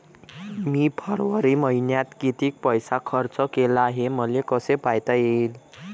मी फरवरी मईन्यात कितीक पैसा खर्च केला, हे मले कसे पायता येईल?